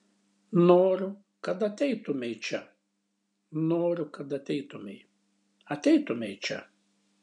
noriu kad ateitumei čia noriu kad ateitumei ateitumei čia